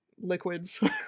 liquids